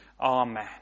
Amen